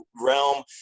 realm